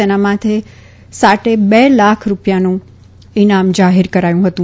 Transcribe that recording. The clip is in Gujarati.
તેના માથા સાટે બે લાખ રૂપિયાનું ઇનામ જાહેર કરાયું હતું